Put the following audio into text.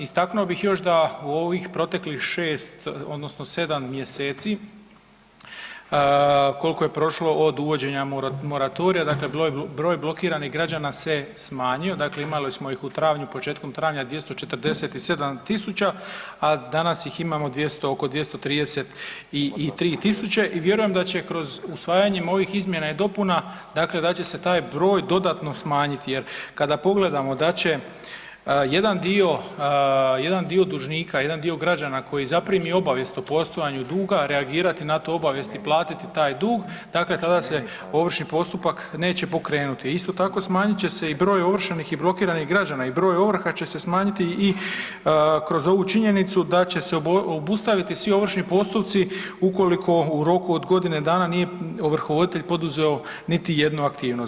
Istaknuo bih još da u ovih proteklih 6 odnosno 7 mjeseci koliko je prošlo od uvođenja moratorija, dakle broj blokiranih građana se smanjio, dakle imali smo ih u travnju, početkom travnja 247.000, a danas ih imamo oko 233.000 i vjerujem da će kroz usvajanjem ovih izmjena i dopuna dakle da će se taj broj dodatno smanjiti jer kada pogledamo da će jedan dio, jedan dio dužnika, jedan dio građana koji zaprimi obavijest o postojanju duga reagirati na tu obavijest i platiti taj dug, dakle tada se ovršni postupak neće pokrenuti, a isto tako smanjit će i broj ovršenih i blokiranih građana i broj ovrha će se smanjiti i kroz ovu činjenicu da će se obustaviti svi ovršni postupci ukoliko u roku od godine dana nije ovrhovoditelj poduzeo niti jednu aktivnost.